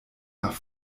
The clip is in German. nach